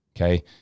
Okay